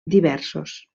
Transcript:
diversos